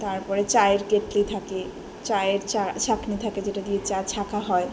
তারপরে চায়ের কেটলি থাকে চায়ের চা ছাঁকানি থাকে যেটা দিয়ে চা ছাঁকা হয়